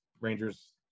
Rangers